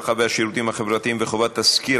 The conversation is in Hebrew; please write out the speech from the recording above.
הרווחה והשירותים החברתיים וחובת תסקיר